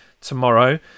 tomorrow